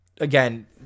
Again